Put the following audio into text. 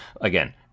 Again